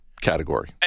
category